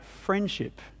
friendship